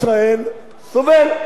ולכן אני קורא לכם,